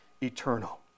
eternal